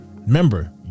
remember